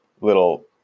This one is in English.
little